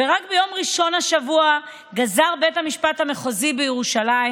ורק ביום ראשון השבוע גזר בית המשפט המחוזי בירושלים